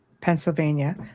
Pennsylvania